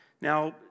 Now